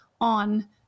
on